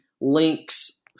links